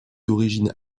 d’origine